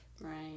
Right